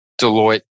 Deloitte